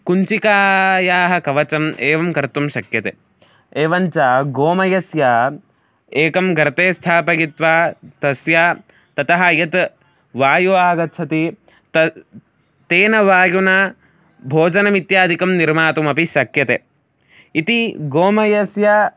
कुञ्चिकायाः कवचम् एवं कर्तुं शक्यते एवञ्च गोमयस्य एकं गर्ते स्थापयित्वा तस्य ततः यत् वायुः आगच्छति तद् तेन वायुना भोजनम् इत्यादिकं निर्मातुमपि शक्यते इति गोमयस्य